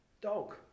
dog